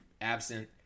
absent